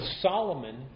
Solomon